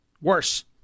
Worse